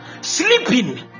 Sleeping